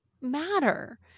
matter